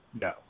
no